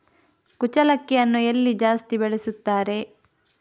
ಕುಚ್ಚಲಕ್ಕಿಯನ್ನು ಎಲ್ಲಿ ಜಾಸ್ತಿ ಬೆಳೆಸುತ್ತಾರೆ?